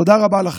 תודה רבה לכם.